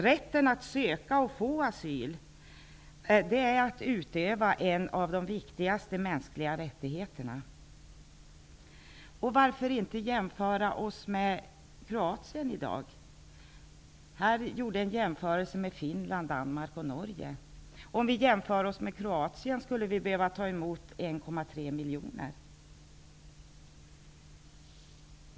Rätten att söka och få asyl är en av de viktigaste mänskliga rättigheterna. Och varför inte jämföra oss med Kroatien i dag? Här gjordes en jämförelse med Finland, Danmark och Norge. Om vi jämför oss med Kroatien, skulle vi behöva ta emot 1,3 miljoner flyktingar.